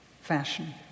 fashion